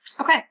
Okay